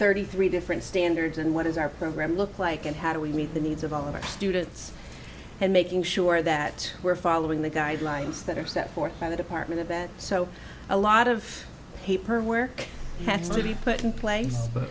thirty three different standards and what is our program look like and how do we meet the needs of all of our students and making sure that we're following the guidelines that are set forth by the department of that so a lot of paperwork has to be put in pla